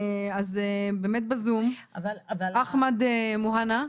בזום אחמד מוהנא.